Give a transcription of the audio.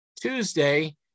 Tuesday